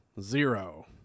zero